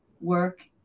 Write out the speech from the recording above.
work